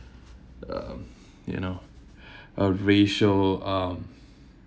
um you know a racial um